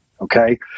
Okay